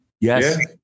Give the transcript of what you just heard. Yes